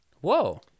Whoa